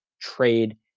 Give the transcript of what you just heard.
trade